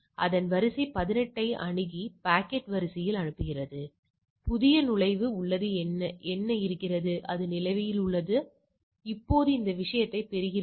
எனவே CHI INVERSE கிட்டத்தட்ட உங்களுடைய இது உங்களுக்கு அட்டவணையைத் தருகிறது அதேசமயம் இது உங்களுக்கு CHI TEST உங்களுக்கு நிகழ்தகவைத் தருகிறது